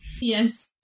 yes